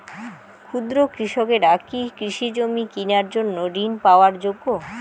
ক্ষুদ্র কৃষকরা কি কৃষিজমি কিনার জন্য ঋণ পাওয়ার যোগ্য?